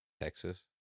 Texas